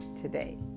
today